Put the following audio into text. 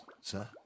sir